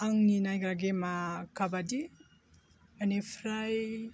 आंनि नायग्रा गेमआ काबादि बेनिफ्राइ